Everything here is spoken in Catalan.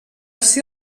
ser